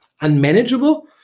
unmanageable